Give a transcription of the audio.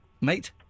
mate